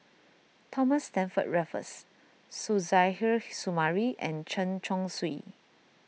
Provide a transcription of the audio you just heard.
Thomas Stamford Raffles Suzairhe Sumari and Chen Chong Swee